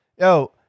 yo